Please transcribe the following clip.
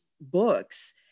books